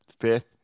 fifth